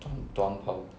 du~ 短跑